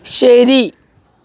ശരി